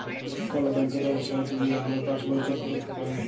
call ব্যাংকের ওয়েবসাইটে যাঁয়ে আমরা পাসবই চ্যাক ক্যইরতে পারি